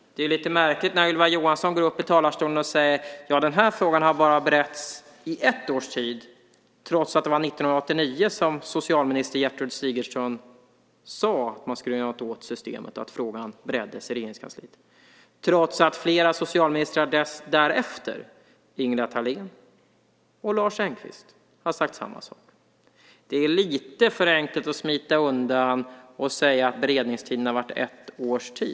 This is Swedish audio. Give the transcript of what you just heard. Det är lite märkligt att Ylva Johansson går upp i talarstolen och säger att frågan har beretts i bara ett års tid. Men det var ju år 1989 som socialminister Gertrud Sigurdsen sade att man skulle göra något åt systemet och att frågan bereddes i Regeringskansliet. Flera socialministrar därefter - Ingela Thalén och Lars Engqvist - har sagt samma sak. Det är lite för enkelt att smita undan genom att säga att beredningstiden är ett år.